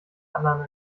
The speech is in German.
anderen